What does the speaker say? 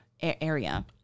area